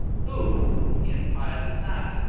who, he inquired, is that?